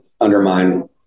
undermine